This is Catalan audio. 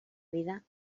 vida